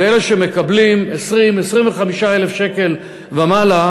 ואלה שמקבלים 20,000 25,000 שקל ומעלה